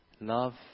love